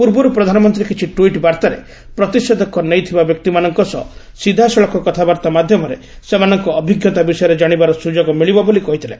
ପୂର୍ବରୁ ପ୍ରଧାନମନ୍ତ୍ରୀ କିଛି ଟ୍ୱିଟ୍ ବାର୍ତ୍ତାରେ ପ୍ରତିଷେଧକ ନେଇଥିବା ବ୍ୟକ୍ତିମାନଙ୍କ ସହ ସିଧାସଳଖ କଥାବାର୍ତ୍ତା ମାଧ୍ୟମରେ ସେମାନଙ୍କ ଅଭିଜ୍ଞତା ବିଷୟରେ ଜାଣିବାର ସୁଯୋଗ ମିଳିବ ବୋଲି କହିଥିଲେ